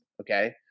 okay